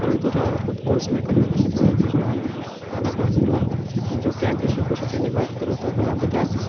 પરંતુ જો આવા કોઈ કોર્ષ મેં કર્યો નથી પરંતુ જો આના બાબતમાં હું જો ક્યાંથી શીખું છું તેની વાત કરું તો ઘણાં બધા